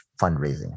fundraising